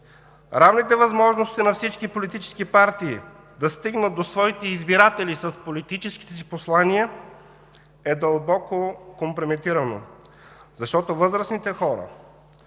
Равните възможности на всички политически партии да стигнат до своите избиратели с политическите си послания са дълбоко компрометирани. Защото възрастните хора,